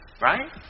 right